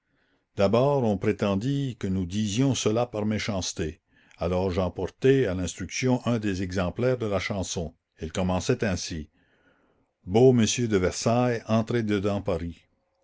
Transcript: d'abord on prétendit que nous disions cela par méchanceté alors j'emportai à l'instruction un des exemplaires de la chanson cela commençait ainsi beaux messieurs de versailles entrez dedans paris